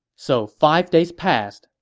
so five days passed,